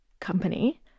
company